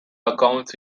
accounts